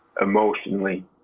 emotionally